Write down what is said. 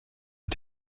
der